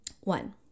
One